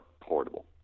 portable